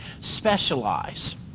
specialize